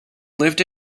lived